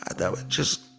ah that would just